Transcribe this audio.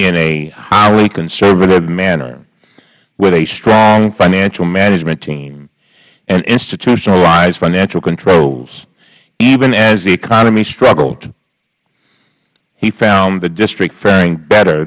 in a highly conservative manner with a strong financial management team and institutionalized financial controls even as the economy struggled he found the district faring better